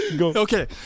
Okay